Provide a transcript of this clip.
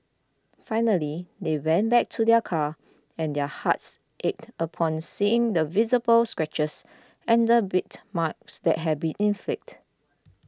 finally they went back to their car and their hearts ached upon seeing the visible scratches and bite marks that had been inflicted